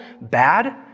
bad